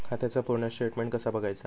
खात्याचा पूर्ण स्टेटमेट कसा बगायचा?